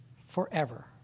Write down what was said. forever